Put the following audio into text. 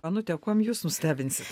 onute o kuom jūs nustebinsit